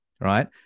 right